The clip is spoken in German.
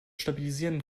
stabilisieren